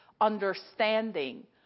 understanding